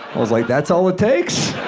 was like, that's all it takes?